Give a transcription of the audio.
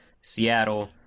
Seattle